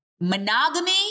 Monogamy